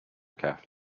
cafe